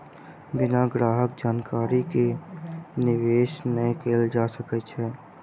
बिना ग्राहक जानकारी के निवेश नै कयल जा सकै छै